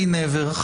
Ever say never.